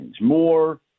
more